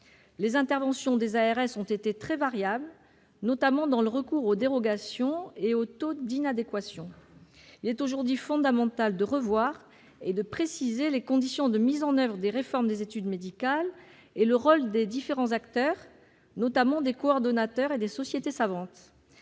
Les interventions des ARS ont été très variables, s'agissant notamment du recours aux dérogations au taux d'inadéquation. Il est aujourd'hui fondamental de revoir et de préciser les conditions de mise en oeuvre des réformes des études médicales et le rôle des différents acteurs, notamment des coordonnateurs et des sociétés savantes.